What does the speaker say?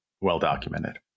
Well-documented